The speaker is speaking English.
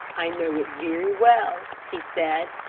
i know it very well, he said.